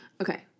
okay